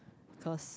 cause